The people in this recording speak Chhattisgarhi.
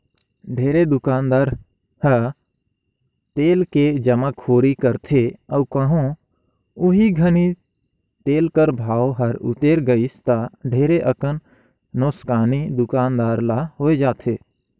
ढेरे दुकानदार ह तेल के जमाखोरी करथे अउ कहों ओही घनी तेल कर भाव हर उतेर गइस ता ढेरे अकन नोसकानी दुकानदार ल होए जाथे